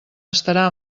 estarà